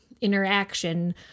interaction